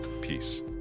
peace